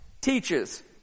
teaches